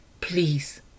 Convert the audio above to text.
Please